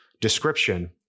description